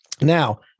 Now